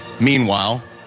Meanwhile